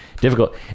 difficult